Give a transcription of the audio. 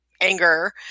anger